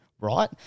right